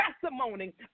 testimony